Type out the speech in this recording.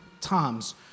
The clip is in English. times